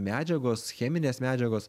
medžiagos cheminės medžiagos